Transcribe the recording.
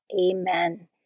Amen